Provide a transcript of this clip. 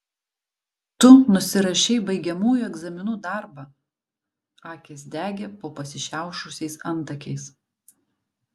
tu nusirašei baigiamųjų egzaminų darbą akys degė po pasišiaušusiais antakiais